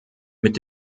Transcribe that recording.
mit